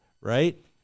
right